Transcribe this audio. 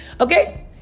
Okay